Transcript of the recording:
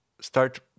start